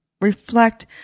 reflect